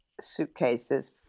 suitcases